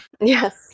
Yes